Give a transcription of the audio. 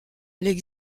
les